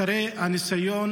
אחרי ניסיון